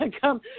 come